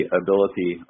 ability